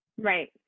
Right